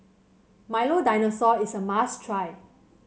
Milo Dinosaur is a must try